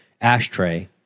ashtray